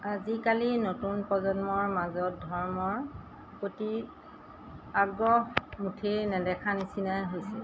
আজিকালি নতুন প্ৰজন্মৰ মাজত ধৰ্মৰ প্ৰতি আগ্ৰহ মুঠেই নেদেখা নিচিনাই হৈছে